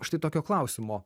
štai tokio klausimo